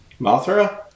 Mothra